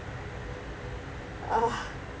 uh